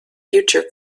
future